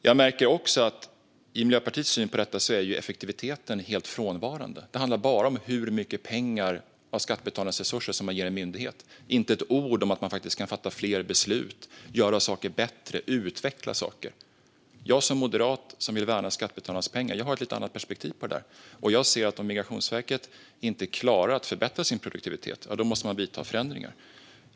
Jag märker också att frågan om effektivitet är helt frånvarande i Miljöpartiets syn på detta. Det handlar bara om hur mycket av skattebetalarnas pengar man ger en myndighet och inte ett ord om att man faktiskt kan fatta fler beslut och utveckla saker och göra dem bättre. Jag som moderat vill värna skattebetalarnas pengar och har därför ett annat perspektiv på det, och jag ser att om Migrationsverket inte klarar att förbättra sin produktivitet så måste man genomföra förändringar.